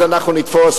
אז אנחנו נתפוס.